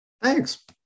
Thanks